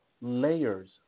layers